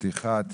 פתיחת